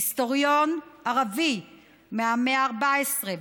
היסטוריון ערבי מהמאה ה-14,